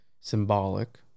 symbolic